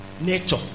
Nature